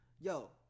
Yo